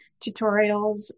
tutorials